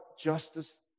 justice